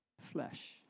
flesh